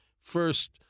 first